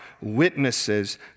witnesses